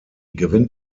gewinnt